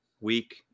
week